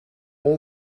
all